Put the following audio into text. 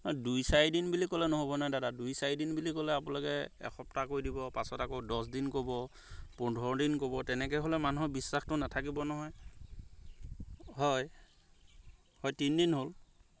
দুই চাৰি দিন বুলি ক'লে নহ'ব নহয় দাদা দুই চাৰি দিন বুলি ক'লে আপোনালোকে এসপ্তাহ কৈ দিব পাছত আকৌ দছ দিন ক'ব পোন্ধৰ দিন ক'ব তেনেকৈ হ'লে মানুহৰ বিশ্বাসটো নাথাকিব নহয় হয় হয় তিনি দিন হ'ল